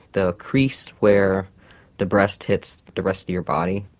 the crease where the breast hits the rest of your body,